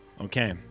Okay